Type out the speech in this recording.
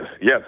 yes